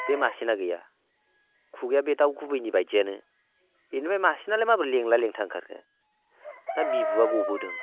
बे मासेना गैया खुगाया बे दाउ गुबैनि बायदियानो इनिफ्राय मासेनालाय माबोरै लेंला लेंथा ओंखारखो ना बिबुआ गबोदों